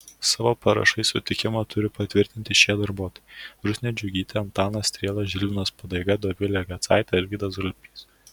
savo parašais sutikimą turi patvirtinti šie darbuotojai rusnė džiugytė antanas striela žilvinas padaiga dovilė gecaitė arvydas žalpys